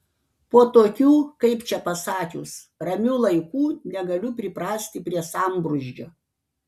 po tokių kaip čia pasakius ramių laikų negaliu priprasti prie sambrūzdžio